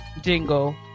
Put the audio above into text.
jingle